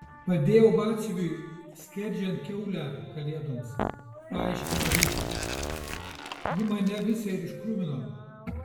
padėjau batsiuviui skerdžiant kiaulę kalėdoms paaiškino jis ji mane visą ir iškruvino